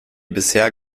bisher